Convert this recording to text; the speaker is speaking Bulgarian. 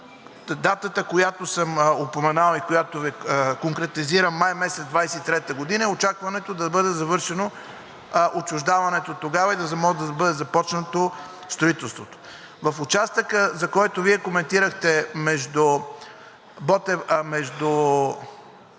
датата, която съм упоменал и която конкретизирам – месец май 2023 г., е очакването тогава да бъде завършено отчуждаването и да може да бъде започнато строителството. В участъка, за който Вие коментирахте, между Монтана и